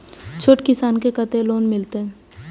छोट किसान के कतेक लोन मिलते?